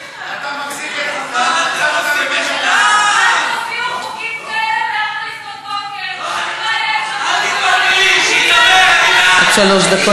שמחזיקים אותך עד 04:00. אחרי זה אתה,